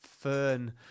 fern